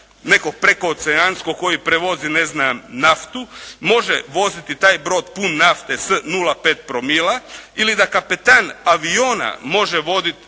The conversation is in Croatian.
nekog prekooceanskog koji prevozi naftu, može voziti taj brod pun nafte s 0,5 promila ili da kapetan aviona može voziti